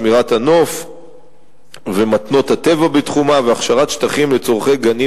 שמירת הנוף ומתנות הטבע בתחומן והכשרת שטחים לצורכי גנים,